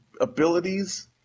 abilities